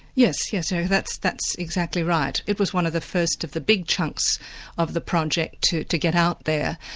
yes. yeah so that's that's exactly right. it was one of the first of the big chunks of the project to to get out there,